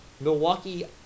Milwaukee